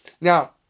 Now